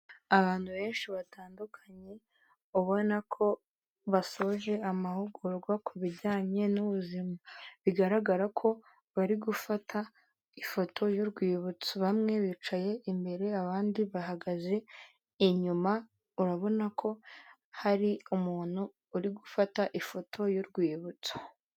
Abantu benshi batandukanye ubona ko basoje amahugurwa ku bijyanye n'ubuzima bigaragara ko bari gufata ifoto y'urwibutso bamwe bicaye imbere abandi bahagaze inyuma urabona ko hari umuntu uri gufata ifoto y'urwibutso.